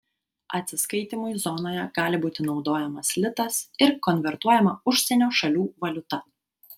atsiskaitymui zonoje gali būti naudojamas litas ir konvertuojama užsienio šalių valiuta